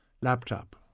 Laptop